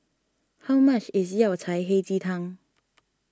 how much is Yao Cai Hei Ji Tang